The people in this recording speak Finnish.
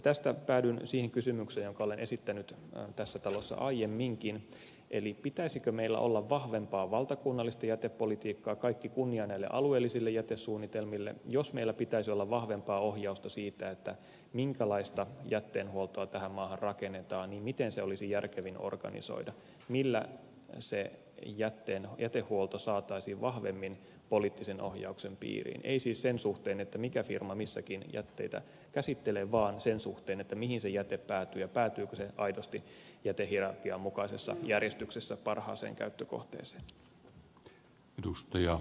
tästä päädyn siihen kysymykseen jonka olen esittänyt tässä talossa aiemminkin pitäisikö meillä olla vahvempaa valtakunnallista jätepolitiikkaa kaikki kunnia näille alueellisille jätesuunnitelmille ja jos meillä pitäisi olla vahvempaa ohjausta siitä minkälaista jätteenhuoltoa tähän maahan rakennetaan niin miten se olisi järkevintä organisoida millä se jätehuolto saataisiin vahvemmin poliittisen ohjauksen piiriin ei siis sen suhteen mikä firma missäkin jätteitä käsittelee vaan sen suhteen mihin se jäte päätyy ja päätyykö se aidosti jätehierarkian mukaisessa järjestyksessä parhaaseen käyttökohteeseen